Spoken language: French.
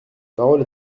parole